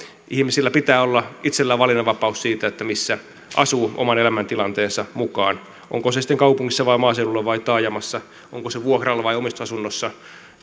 ihmisillä pitää olla itsellään valinnanvapaus siitä missä asuu oman elämäntilanteensa mukaan onko se sitten kaupungissa vai maaseudulla vai taajamassa onko se vuokralla vai omistusasunnossa